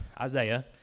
Isaiah